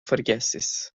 forgesis